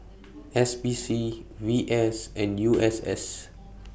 S P C V S and U S S